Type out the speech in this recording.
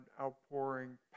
outpouring